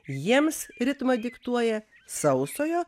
jiems ritmą diktuoja sausojo